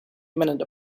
imminent